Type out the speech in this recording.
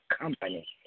company